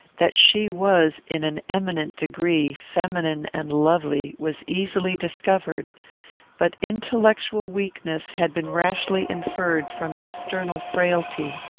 that she was, in an eminent degree, feminine and lovely, was easily discovered but intellectual weakness had been rashly inferred from external frailty.